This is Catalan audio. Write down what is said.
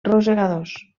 rosegadors